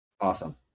Awesome